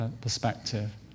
perspective